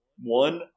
one-